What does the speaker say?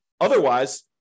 Otherwise